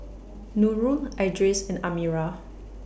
Nurul Idris and Amirah